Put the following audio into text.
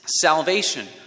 salvation